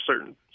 certain